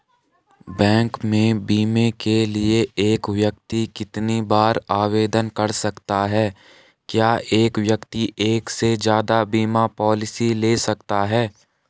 Bank में बीमे के लिए एक व्यक्ति कितनी बार आवेदन कर सकता है क्या एक व्यक्ति एक से ज़्यादा बीमा पॉलिसी ले सकता है?